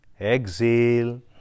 exhale